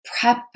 prep